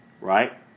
right